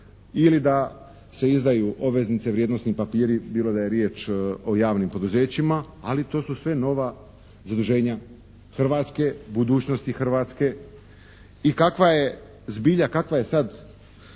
ili da se izdaju obveznice, vrijednosni papiri, bilo da je riječ o javnim poduzećima ali to su sve nova zaduženja Hrvatske, budućnosti Hrvatske. I kakva je zbilja, kakva je sad,